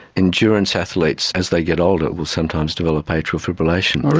endurance athletes as they get older will sometimes develop atrial fibrillation. oh really?